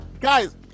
Guys